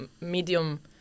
medium